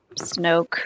Snoke